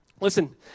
Listen